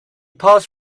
paused